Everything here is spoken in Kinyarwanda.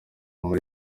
muri